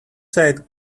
said